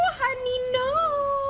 honey no.